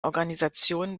organisationen